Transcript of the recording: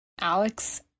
Alex